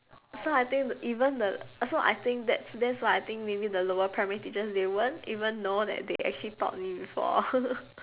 so I think th~ even the so I think that's that's why I think maybe the lower primary teachers they won't even know that they actually taught me before